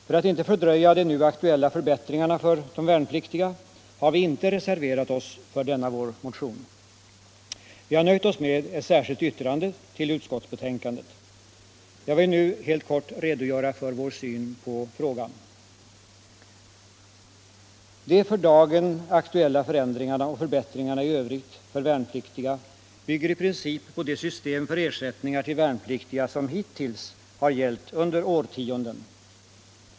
För att inte fördröja de nu aktuella förbättringarna för de värnpliktiga har vi inte reserverat oss för denna vår motion. Vi har nöjt oss med ett särskilt yttrande till utskottsbetänkandet. Jag vill nu helt kort redogöra för vår syn på frågan. De för dagen aktuella förändringarna och förbättringarna i övrigt för värnpliktiga bygger i princip på det system för ersättningar till värnpliktiga som hittills har gällt under årtionden.